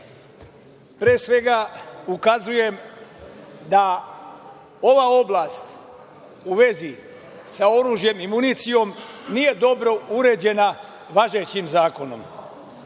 svega, ukazujem da ova oblast u vezi sa oružjem i municijom nije dobro uređena važećim zakonom.